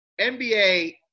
NBA